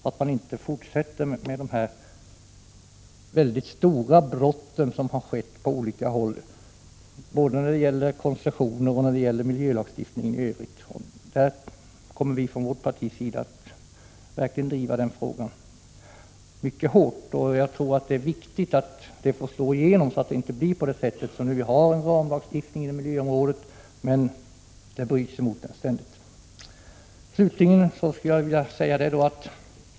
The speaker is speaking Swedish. Man får inte tillåta de väldigt stora brott som har förövats på olika håll både när det gäller koncessioner och när det gäller miljölagstiftningen i övrigt. Vi från vårt parti kommer att driva denna fråga mycket hårt. Det finns en ramlagstiftning på miljöområdet, som man ständigt bryter mot.